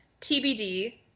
TBD